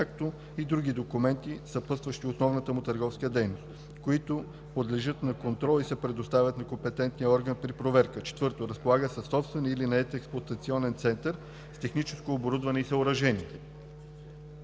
както и други документи, съпътстващи основаната му търговска дейност, които подлежат на контрол и се предоставят на компетентния орган при проверка; 4. разполага със собствен или нает експлоатационен център с техническо оборудване и съоръжения.“